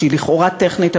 שלכאורה היא טכנית,